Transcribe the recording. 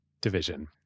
division